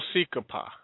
Sikapa